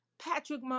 Patrick